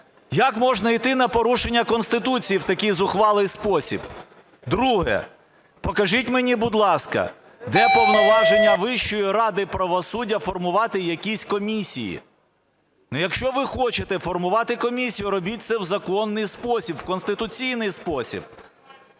Як можна йти на порушення Конституції в такий зухвалий спосіб? Друге. Покажіть мені, будь ласка, де повноваження Вищої ради правосуддя формувати якісь комісії. Якщо ви хочете формувати комісію, робіть це в законний спосіб, в конституційний спосіб.